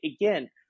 again